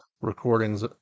recordings